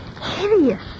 hideous